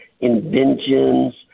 inventions